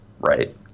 right